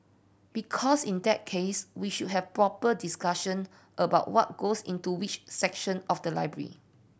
because in that case we should have proper discussion about what goes into which section of the library